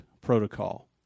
protocol